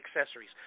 accessories